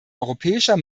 europäischer